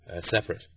separate